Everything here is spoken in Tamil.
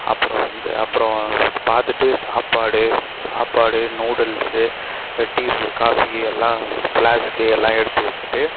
அப்புறம் வந்து அப்புறம் பார்த்துட்டு சாப்பாடு சாப்பாடு நூடுல்ஸு டீ காஃபி எல்லா ஃபிளாஸ்க்கு எல்லாம் எடுத்து வச்சிகிட்டு